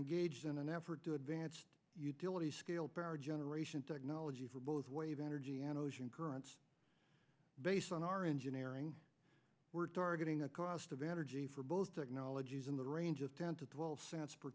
engaged in an effort to advance the scaled generation technology for both wave energy and ocean currents based on our engineering we're targeting a cost of energy for both technologies in the range of ten to twelve cents per